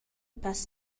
pass